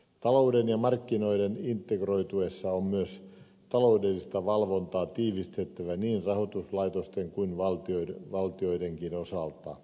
talouden ja markkinoiden integroituessa on myös taloudellista valvontaa tiivistettävä niin rahoituslaitosten kuin valtioidenkin osalta